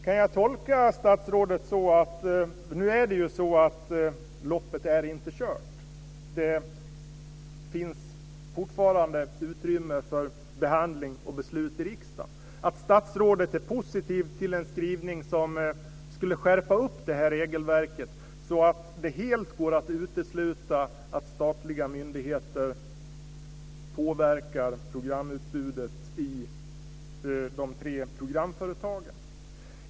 Kan jag tolka statsrådet så att loppet inte är kört, att det fortfarande finns utrymme för behandling och beslut i riksdagen, och att statsrådet är positiv till en skrivning som skulle skärpa regelverket så att det helt går att utesluta att statliga myndigheter påverkar programutbudet i de tre programföretagen?